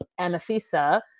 Anafisa